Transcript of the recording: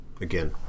Again